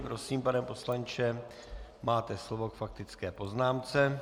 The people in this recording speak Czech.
Prosím, pane poslanče, máte slovo k faktické poznámce.